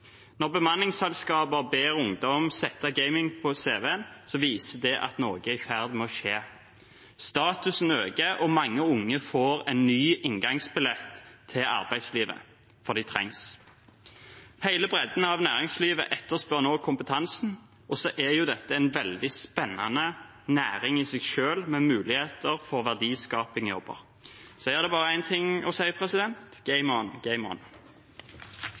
Når bemanningsselskaper ber ungdom sette gaming på cv-en, viser det at noe er i ferd med å skje. Statusen øker, og mange unge får en ny inngangsbillett til arbeidslivet, for de trengs. Hele bredden av næringslivet etterspør nå kompetansen. Så er jo dette en veldig spennende næring i seg selv, med muligheter for verdiskaping i jobben. Så her er det bare én ting å si: